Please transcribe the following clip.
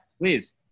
Please